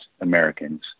Americans